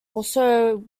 also